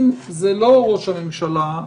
אם זה לא ראש הממשלה,